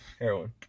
Heroin